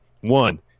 One